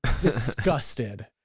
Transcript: disgusted